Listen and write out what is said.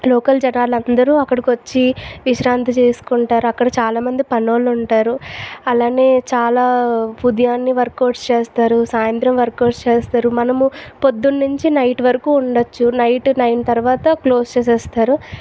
local జనాలు అందరు అక్కడి వచ్చి విశ్రాంతి చేస్కుంటారు అక్కడ చాలా మంది పని వాళ్ళు ఉంటారు అలాగే చాలా ఉదయాన్నే వర్కౌట్స్ చేస్తారు సాయంత్రం వర్కౌట్స్ చేస్తారు మనము పొద్దున్నుంచి నైట్ వరకు ఉండొచ్చు నైట్ నైన్ తర్వాత క్లోజ్ చేసేస్తారు